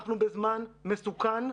אנחנו בזמן מסוכן,